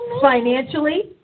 financially